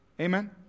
Amen